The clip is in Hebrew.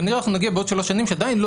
כנראה אנחנו נגיע בעוד שלוש שנים שעדיין לא